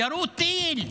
ירו טיל.